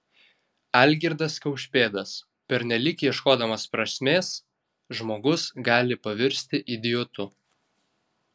algirdas kaušpėdas pernelyg ieškodamas prasmės žmogus gali pavirsti idiotu